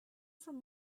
from